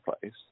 place